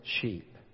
sheep